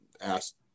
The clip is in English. asked